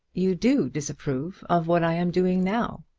you do disapprove of what i am doing now.